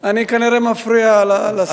אני כנראה מפריע לסגן השר.